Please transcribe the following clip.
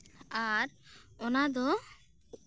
ᱟᱨ ᱚᱱᱟ ᱫᱚ